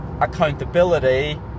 accountability